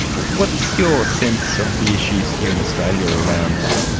what's your sense of the issues here in australia around,